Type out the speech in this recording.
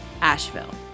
Asheville